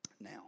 now